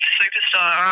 superstar